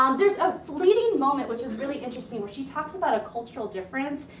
um there's a fleeting moment, which is really interesting, where she talks about a cultural difference.